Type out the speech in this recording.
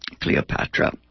Cleopatra